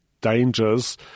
dangers